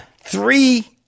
three